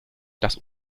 das